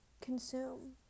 consume